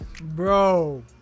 Bro